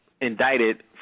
indicted